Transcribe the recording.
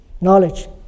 knowledge